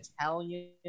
Italian